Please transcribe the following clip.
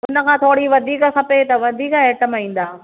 हिन खां थोरी वधीक खपे त वधीक आइटम ईंदा